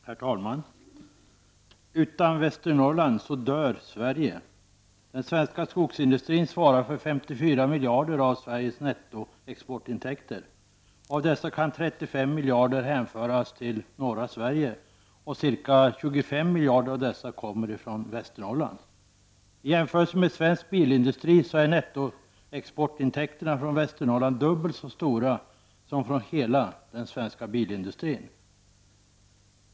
Herr talman! Utan Västernorrland dör Sverige. Den svenska skogsindustrin svarar för 54 miljarder av Sveriges nettoexportintäkter. Av dessa kan 35 miljarder hänföras till norra Sverige och ca 25 miljarder av dessa kommer från Västernorrland. I jämförelse med svensk bilindustri är nettoexportintäkterna från Västernorrland dubbelt så stora som från hela den svenska bilindustrin.